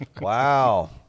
Wow